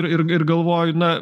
ir ir galvoju na